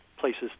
places